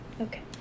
Okay